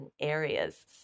areas